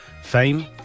fame